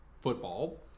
football